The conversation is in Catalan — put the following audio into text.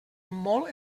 molt